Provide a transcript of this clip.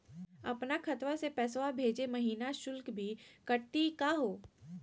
अपन खतवा से पैसवा भेजै महिना शुल्क भी कटतही का हो?